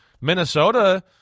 Minnesota